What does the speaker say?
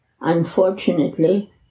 unfortunately